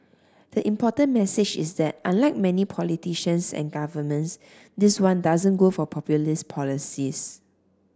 the important message is that unlike many politicians and governments this one doesn't go for populist policies